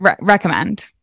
recommend